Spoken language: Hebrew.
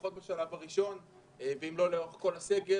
לפחות בשלב הראשון ואם לא לאורך כל הסגר,